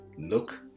Look